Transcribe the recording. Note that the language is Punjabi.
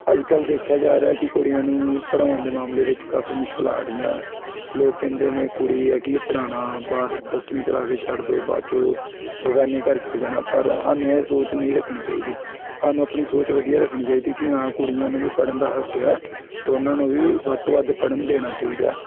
ਅੱਜ ਕੱਲ੍ਹ ਦੇਖਿਆ ਜਾ ਰਿਹਾ ਕਿ ਕੁੜੀਆਂ ਨੂੰ ਪੜ੍ਹਾਉਣ ਦੇ ਮਾਮਲੇ ਵਿੱਚ ਕਾਫ਼ੀ ਮੁਸ਼ਕਲਾਂ ਆ ਰਹੀਆਂ ਲੋਕ ਕਹਿੰਦੇ ਨੇ ਕੁੜੀ ਹੈ ਕੀ ਪੜ੍ਹਾਉਣਾ ਬਾਹਰ ਦਸਵੀਂ ਕਰਾ ਕੇ ਛੱਡ ਦਿਉ ਬਾਅਦ 'ਚੋਂ ਬੇਗਾਨੇ ਘਰ ਚੱਲ ਜਾਣਾ ਪਰ ਸਾਨੂੰ ਇਹ ਸੋਚ ਨਹੀਂ ਰੱਖਣੀ ਚਾਹੀਦੀ ਸਾਨੂੰ ਆਪਣੀ ਸੋਚ ਵਧੀਆ ਰੱਖਣੀ ਚਾਹੀਦੀ ਕਿ ਹਾਂ ਕੁੜੀਆਂ ਨੂੰ ਵੀ ਪੜ੍ਹਨ ਦਾ ਹੱਕ ਆ ਤਾਂ ਉਹਨਾਂ ਨੂੰ ਵੀ ਵੱਧ ਤੋਂ ਵੱਧ ਪੜ੍ਹਨ ਦੇਣਾ ਚਾਹੀਦਾ